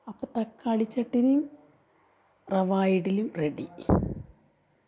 അപ്പം തക്കാളി ചട്ടിണിയും റവാ ഇഡലിയും റെഡി